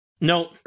No